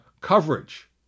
coverage